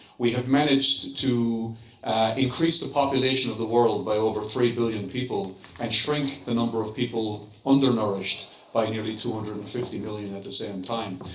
we have managed to increase the population of the world by over three billion people and shrink the number of people undernourished by nearly two hundred and fifty million at the same time.